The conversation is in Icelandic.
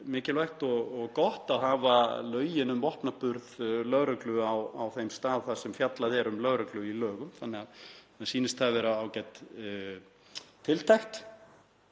mikilvægt og gott að hafa lögin um vopnaburð lögreglu á þeim stað þar sem fjallað er um lögreglu í lögum. Mér sýnist það vera ágæt tiltekt.